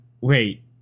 Wait